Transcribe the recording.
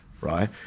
right